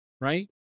right